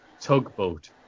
Tugboat